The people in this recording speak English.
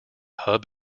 hub